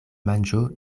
manĝo